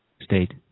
state